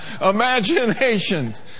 imaginations